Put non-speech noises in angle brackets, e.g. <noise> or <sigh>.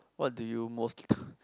what do you most <noise>